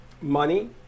Money